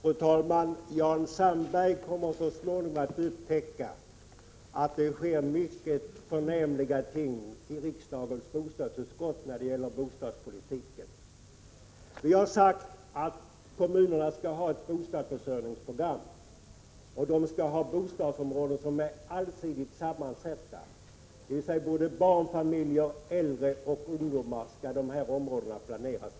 Fru talman! Jan Sandberg kommer så småningom att upptäcka att det sker mycket förnämliga ting i riksdagens bostadsutskott när det gäller bostadspolitiken. Vi har sagt att kommunerna skall ha ett bostadsförsörjningsprogram och skall ha bostadsområden som är allsidigt sammansatta, dvs. att områdena skall planeras för både barnfamiljer, äldre och ungdomar.